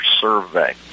survey